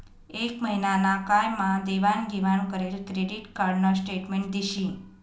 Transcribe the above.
एक महिना ना काय मा देवाण घेवाण करेल क्रेडिट कार्ड न स्टेटमेंट दिशी